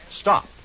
stop